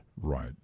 Right